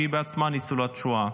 והיא בעצמה ניצולת שואה.